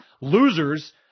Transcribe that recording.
losers